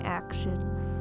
actions